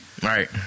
Right